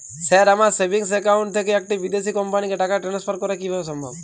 Sir আমার savings account থেকে একটি বিদেশি কোম্পানিকে টাকা ট্রান্সফার করা কীভাবে সম্ভব?